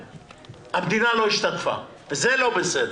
המדינה לא השתתפה עד אוקטובר, וזה לא בסדר.